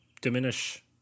diminish